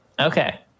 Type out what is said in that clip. Okay